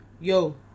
Yo